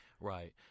Right